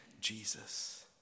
Jesus